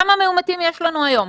כמה מאומתים יש לנו היום.